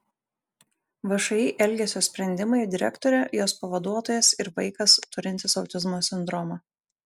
všį elgesio sprendimai direktorė jos pavaduotojas ir vaikas turintis autizmo sindromą